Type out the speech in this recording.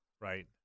right